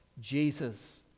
Jesus